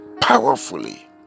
powerfully